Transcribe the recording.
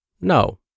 No